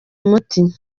umuti